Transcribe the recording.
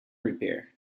repair